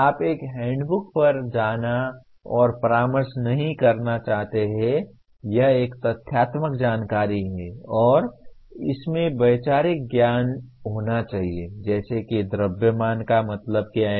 आप एक हैंडबुक पर जाना और परामर्श नहीं करना चाहते हैं यह एक तथ्यात्मक जानकारी है और इसमें वैचारिक जानकारी वैचारिक ज्ञान होना चाहिए जैसे कि द्रव्यमान का क्या मतलब है